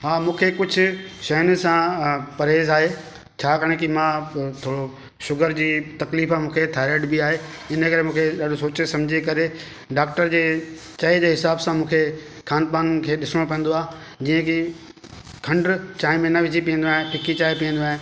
हा मूंखे कुझु शयुनि सां परहेज़ आहे छाकाणि की मां थोरो शुगर जी तकलीफ़ आ्हे मूंखे थाइराइड बि आहे इन करे मूंखे ॾाढो सोचे सम्झे करे डॉक्टर जे चए जे हिसाब सां मूंखे खानि पानि ॾिसणो पवंदो आहे जीअं की खंडु चांहि में न विझी पीअंदो आहियां फिकी चांहि पीअंदो आहियां